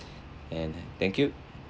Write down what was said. and thank you